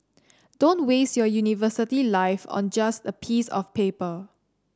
don't waste your university life on just a piece of paper